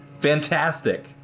fantastic